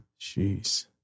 Jeez